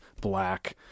black